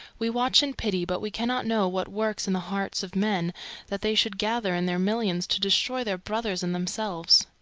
we watch and pity, but we cannot know what works in the hearts of men that they should gather in their millions to destroy their brothers and themselves.